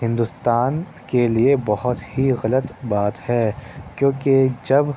ہندوستان کے لیے بہت ہی غلط بات ہے کیونکہ جب